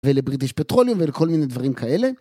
ולבריטיש פטרולים ולכל מיני דברים כאלה.